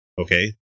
Okay